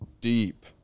Deep